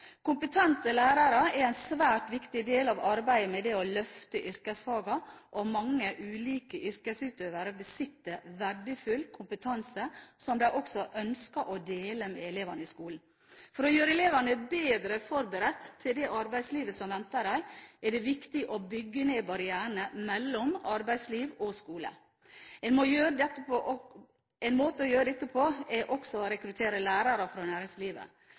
Kompetente lærere er en svært viktig del av arbeidet med å løfte yrkesfagene, og mange ulike yrkesutøvere besitter verdifull kompetanse som de ønsker å dele med elevene i skolen. For å gjøre elevene bedre forberedt til det arbeidslivet som venter dem, er det viktig å bygge ned barrierene mellom arbeidsliv og skole. En måte å gjøre dette på er å rekruttere lærere fra næringslivet.